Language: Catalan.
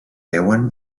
veuen